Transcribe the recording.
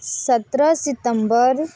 सत्रह सितंबर